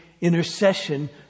intercession